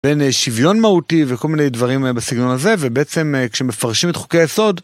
בין שוויון מהותי וכל מיני דברים בסגנון הזה ובעצם כשמפרשים את חוקי היסוד